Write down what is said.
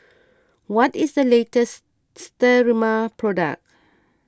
what is the latest Sterimar product